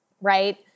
right